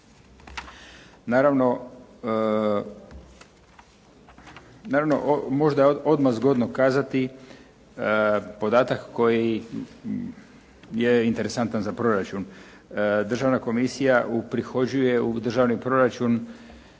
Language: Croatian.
Naravno, možda je odmah zgodno kazati podatak koji je interesantan za proračun. Državna komisija uprihođuje u državni proračun